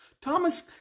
Thomas